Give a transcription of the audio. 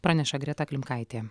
praneša greta klimkaitė